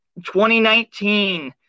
2019